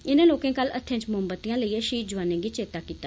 इनें लोकें कल हत्यें च मोमबत्तियां लेइयै ष्हीद जोआनें गी चेत्ता कीता